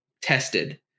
tested